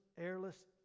airless